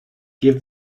give